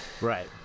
Right